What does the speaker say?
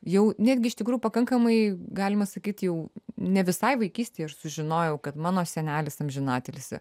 jau netgi iš tikrųjų pakankamai galima sakyt jau ne visai vaikystėj aš sužinojau kad mano senelis amžinatilsį